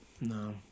no